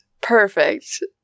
perfect